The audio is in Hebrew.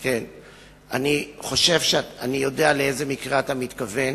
אני חושב שאני יודע לאיזה מקרה אתה מתכוון.